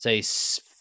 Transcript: say